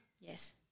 Yes